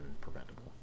preventable